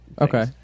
okay